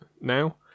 now